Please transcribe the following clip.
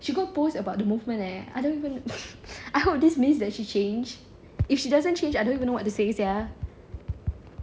she go post about the movement eh I don't even I hope this means that she change if she doesn't change I don't even know what to say sia